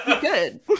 good